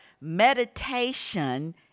meditation